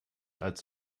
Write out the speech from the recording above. als